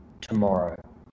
tomorrow